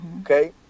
Okay